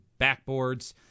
backboards